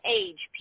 age